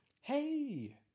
Hey